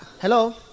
hello